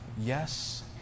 yes